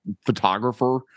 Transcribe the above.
photographer